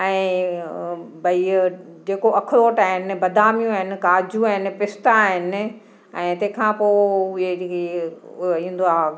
ऐं भई इहो जेको अखरोट आहिनि बदामियूं आहिनि काजू आहिनि पिस्ता आहिनि ऐं तंहिंखां पोइ हीअ जेकी हूअ ईंदो आहे